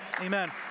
Amen